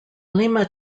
lima